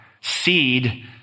seed